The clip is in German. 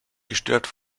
gestört